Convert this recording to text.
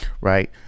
Right